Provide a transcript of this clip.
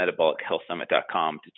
MetabolicHealthSummit.com